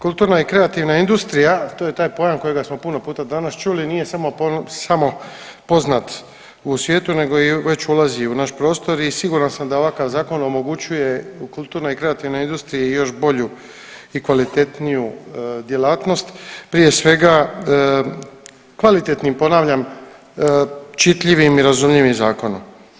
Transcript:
Kulturna i kreativna industrija, to je taj pojam kojega smo puno puta danas čuli nije samo poznat u svijetu nego već ulazi i u naš prostor i siguran sam da ovakav zakon omogućuje u kulturnoj i kreativnoj industriji još bolju i kvalitetniju djelatnost, prije svega kvalitetnim, ponavljam, čitljivim i razumljivim zakonom.